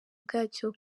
bwacyo